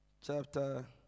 Chapter